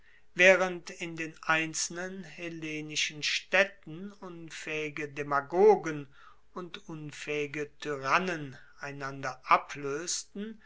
waehrend in den einzelnen hellenischen staedten unfaehige demagogen und unfaehige tyrannen einander